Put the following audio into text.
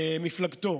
מפלגתו,